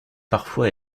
parfois